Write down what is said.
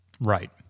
Right